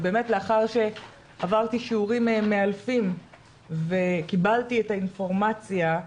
ובאמת לאחר שעברתי שיעורים מאלפים וקיבלתי את האינפורמציה,